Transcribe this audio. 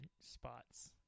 spots